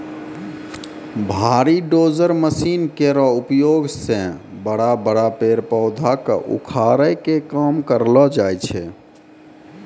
भारी dozer machine केरो उपयोग सें बड़ा बड़ा पेड़ पौधा क उखाड़े के काम करलो जाय छै